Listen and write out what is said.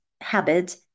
habit